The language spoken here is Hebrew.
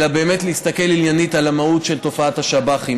אלא להסתכל עניינית על המהות של תופעת השב"חים.